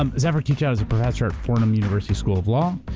um zephyr teachout is a professor at fordham university school of law,